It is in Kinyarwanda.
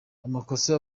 amakosa